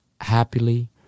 happily